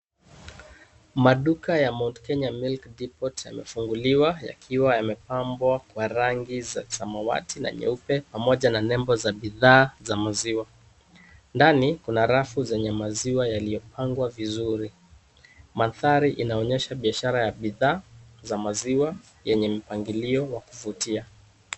Maduka ya Mount Kenya milk Depot yamefunguliwa yakiwa yamepambwa kwa rangi za samawati na nyeupe pamoja na nembo za bidhaa za maziwa. Ndani kuna rafu zenye maziwa yaliyopangwa vizuri. Mandhari inaonyesha biashara ya bidhaa za maziwa yenye mipangilio wa kuvutia.